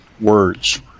words